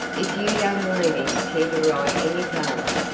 if you young ladies care to ride any farther,